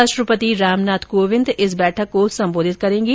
राष्ट्रपति राम नाथ कोविंद इस बैठक को संबोधित करेंगे